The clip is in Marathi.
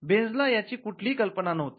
बेन्झला याची कुठलीही कल्पना नव्हती